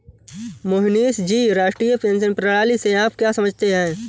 मोहनीश जी, राष्ट्रीय पेंशन प्रणाली से आप क्या समझते है?